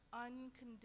unconditional